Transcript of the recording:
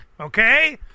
Okay